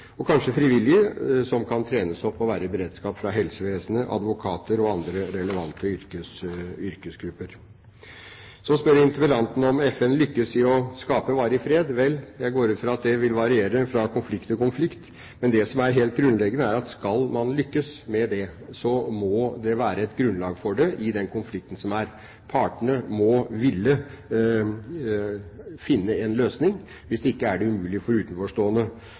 og kanskje frivillige – som kan trenes opp og være i beredskap, fra helsevesenet, advokater og andre relevante yrkesgrupper. Interpellanten spør om FN lykkes i å skape varig fred. Vel, jeg går ut fra at det vil variere fra konflikt til konflikt, men det som er helt grunnleggende, er at skal man lykkes med det, må det være et grunnlag for det i den konflikten som er. Partene må ville finne en løsning. Hvis ikke, er det umulig for utenforstående.